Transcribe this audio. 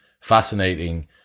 fascinating